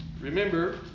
remember